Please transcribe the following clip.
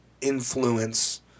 influence